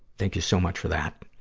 thank you so much for that.